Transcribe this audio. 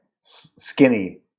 Skinny